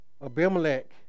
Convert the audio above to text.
Abimelech